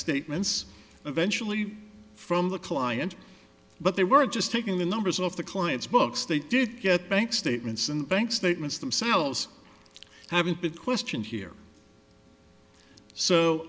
statements eventually from the client but they were just taking the numbers off the client's books they did get bank statements and bank statements themselves having big questions here so